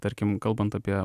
tarkim kalbant apie